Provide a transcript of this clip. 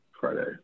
Friday